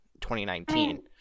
2019